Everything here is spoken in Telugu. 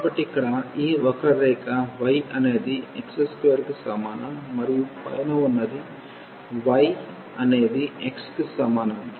కాబట్టి ఇక్కడ ఈ వక్రరేఖ y అనేది x2 కి సమానం మరియు పైన ఉన్నది y అనేది x కి సమానం